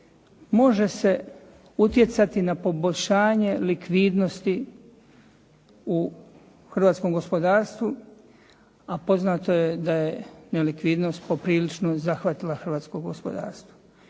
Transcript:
može se utjecati na poboljšanje likvidnosti u hrvatskom gospodarstvu a poznato je da je nelikvidnost poprilično zahvatila hrvatsko gospodarstvo.